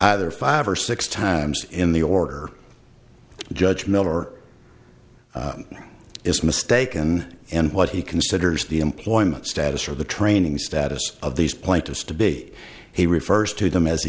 either five or six times in the order judge miller is mistaken in what he considers the employment status or the training status of these plaintiffs to be he refers to them as he